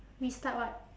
restart what